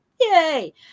yay